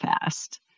fast